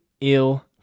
ill